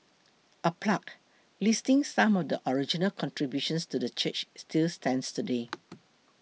a plaque listing some of the original contributions to the church still stands today